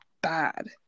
bad